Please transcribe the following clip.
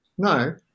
No